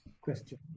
question